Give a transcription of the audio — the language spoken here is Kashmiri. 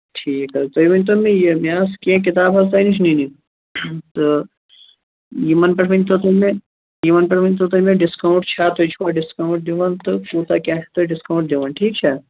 ٹھیٖک حظ تُہۍ ؤنۍ تَو مےٚ یہِ مےٚ آسہٕ کیٚنٛہہ کِتاب حظ تۄہہِ نِش نِنہٕ تہٕ یِمَن پیٚٹھ ؤنۍ تَو تُہی مےٚ یہِ ؤنۍ تَو تُہۍ مےٚ ڈسکاوُنٛٹ چھا تُہۍ چھُوا ڈسکاوُنٛٹ دِوان تہٕ کوٗتاہ کیٛاہ چھُو تُہۍ ڈسکاوُنٛٹ دِوان ٹھیٖک چھا